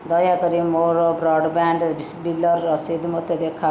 ଦୟାକରି ମୋର ବ୍ରଡ଼୍ବ୍ୟାଣ୍ଡ୍ ବିଲ୍ର ରସିଦ ମୋତେ ଦେଖାଅ